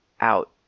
out